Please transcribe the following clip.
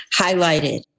highlighted